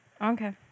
Okay